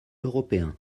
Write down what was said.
européen